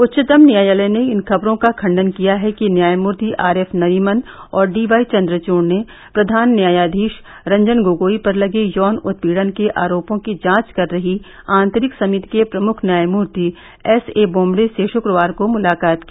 उच्चतम न्यायालय ने इन खबरों का खंडन किया है कि न्यायमूर्ति आर एफ नरीमन और डी वाई चंद्रचूड ने प्रधान न्यायाधीश रंजन गोगोई पर लगे यौन उत्पीड़न के आरोपों की जांच कर रही आंतरिक समिति के प्रमुख न्यायमूर्ति एस ए बोबडे से शुक्रवार को मुलाकात की